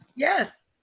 Yes